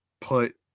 put